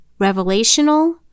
Revelational